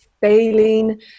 failing